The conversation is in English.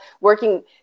working